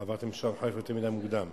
עברתם לשעון חורף יותר מדי מוקדם.